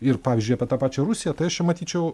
ir pavyzdžiui apie tą pačią rusiją tai aš čia matyčiau